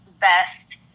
best